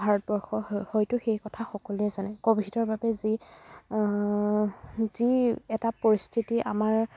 ভাৰতবৰ্ষৰ হয় হয়তো সেই কথা সকলোৱে জানে ক'ভিডৰ বাবে যি যি এটা পৰিস্থিতি আমাৰ